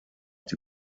die